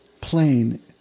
plain